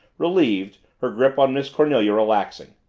relieved, her grip on miss cornelia relaxing.